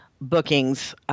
bookings